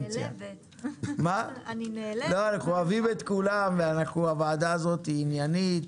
אנחנו אוהבים את כולם והוועדה הזאת עניינית.